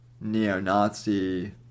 neo-Nazi